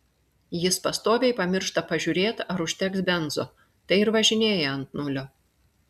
jis pastoviai pamiršta pažiūrėt ar užteks benzo tai ir važinėja ant nulio